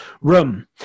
room